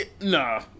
Nah